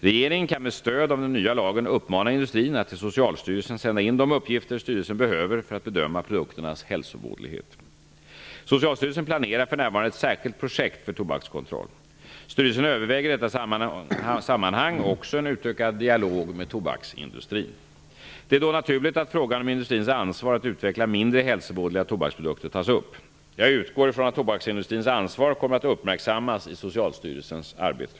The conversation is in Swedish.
Regeringen kan med stöd av den nya lagen uppmana industrin att till Socialstyrelsen sända in de uppgifter styrelsen behöver för att bedöma produkternas hälsovådlighet. Socialstyrelsen planerar för närvarande ett särskilt projekt för tobakskontroll. Styrelsen överväger i detta sammanhang också en utökad dialog med tobaksindustrin. Det är då naturligt att frågan om industrins ansvar att utveckla mindre hälsovådliga tobaksprodukter tas upp. Jag utgår ifrån att tobaksindustrins ansvar kommer att uppmärksammas i Socialstyrelsens arbete.